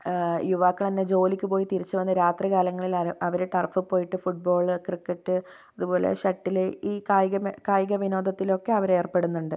യുവാക്കള് പിന്നെ ജോലിക്ക് പോയി തിരിച്ച് വന്ന് രാത്രി കാലങ്ങളിൽ അവര് ടർഫ് പോയിട്ട് ഫുട്ബോള് ക്രിക്കറ്റ് അതുപോലെ ഷട്ടില് ഈ കായിക കായികവിനോദത്തിലൊക്കെ അവര് ഏർപ്പെടുന്നുണ്ട്